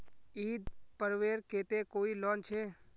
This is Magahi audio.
ईद पर्वेर केते कोई लोन छे?